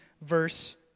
verse